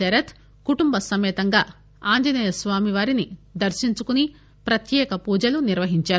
శరత్ కుటుంబ సమేతంగా అంజనేయ స్వామిని దర్నించుకొని ప్రత్యేక పూజలు నిర్వహంచారు